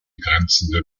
angrenzende